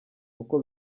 uko